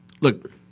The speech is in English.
look